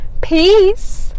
Peace